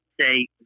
say